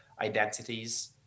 identities